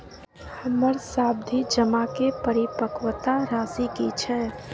हमर सावधि जमा के परिपक्वता राशि की छै?